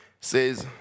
says